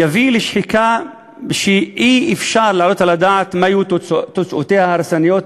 יביא לשחיקה שאי-אפשר להעלות על הדעת מה יהיו תוצאותיה ההרסניות,